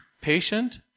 patient